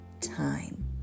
time